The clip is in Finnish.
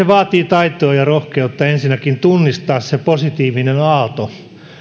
vaatii taitoa ja rohkeutta ensinnäkin tunnistaa se positiivinen aalto